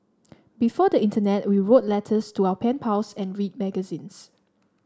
before the internet we wrote letters to our pen pals and read magazines